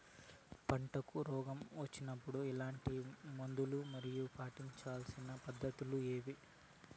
పంటకు రోగం వచ్చినప్పుడు ఎట్లాంటి మందులు మరియు పాటించాల్సిన పద్ధతులు ఏవి?